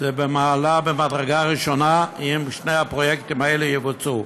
זה במדרגה ראשונה, אם שני הפרויקטים האלה יבוצעו.